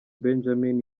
benjamin